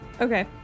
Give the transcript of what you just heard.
Okay